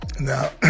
Now